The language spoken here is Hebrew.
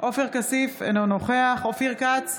עופר כסיף, אינו נוכח אופיר כץ,